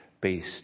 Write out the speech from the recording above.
based